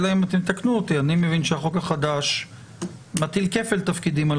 אלא אם תתקנו אותי אני מבין שהחוק החדש מטיל כפל תפקידים על